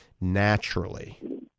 naturally